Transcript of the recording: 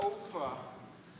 את הרמה.